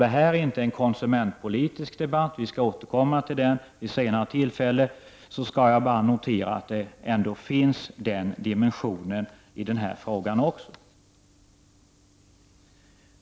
Det här är inte en konsumentpolitisk debatt, men vi skall få en sådan vid senare tillfälle, och jag skall nu bara notera att frågan också har en konsumentpolitisk dimension.